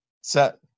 set